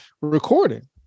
recording